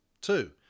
Two